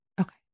Okay